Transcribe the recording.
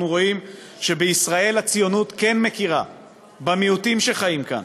אנחנו רואים שבישראל הציונות כן מכירה במיעוטים שחיים כאן